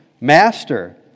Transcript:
Master